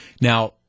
now